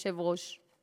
תודה, אדוני היושב-ראש.